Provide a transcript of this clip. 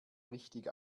richtig